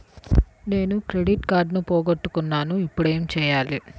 నేను నా క్రెడిట్ కార్డును పోగొట్టుకున్నాను ఇపుడు ఏం చేయాలి?